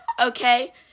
Okay